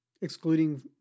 Excluding